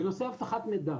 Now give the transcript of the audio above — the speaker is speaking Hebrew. בנושא אבטחת מידע,